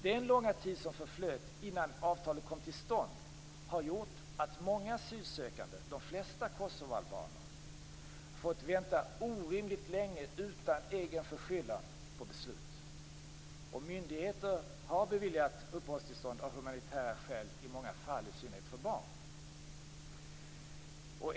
Den långa tid som förflöt innan avtalet kom till stånd har gjort att många asylsökande, varav de flesta kosovoalbaner, utan förskyllan har fått vänta orimligt länge på beslut. Myndigheterna har beviljat uppehållstillstånd av humanitära skäl, i många fall i synnerhet för barn.